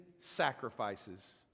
sacrifices